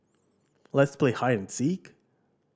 let's play hide and seek